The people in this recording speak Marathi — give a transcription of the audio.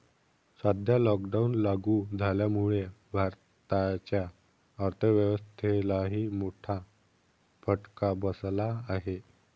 सध्या लॉकडाऊन लागू झाल्यामुळे भारताच्या अर्थव्यवस्थेलाही मोठा फटका बसला आहे